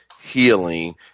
healing